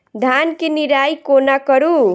धान केँ निराई कोना करु?